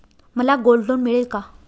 मला gold loan मिळेल का?